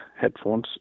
headphones